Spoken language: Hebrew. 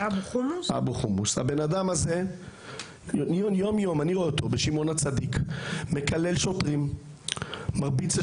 אני רואה את האדם הזה כל יום בשמעון הצדיק מקלל שוטרים ומרביץ.